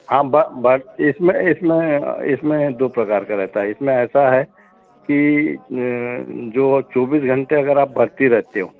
हाँ इसमें इसमें इसमें दो प्रकार का रहता है इसमें ऐसा है कि जो चौबीस घंटे अगर आप भर्ती रहते हो